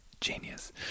Genius